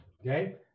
Okay